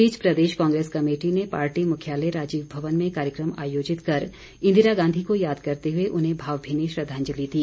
इस बीच प्रदेश कांग्रेस कमेटी ने पार्टी मुख्यालय राजीव भवन में कार्यक्रम आयोजित कर इंदिरा गांधी को याद करते हुए उन्हें भावभीनी श्रद्वांजलि दी